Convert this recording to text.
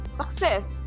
success